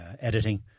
editing